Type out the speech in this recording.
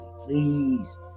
please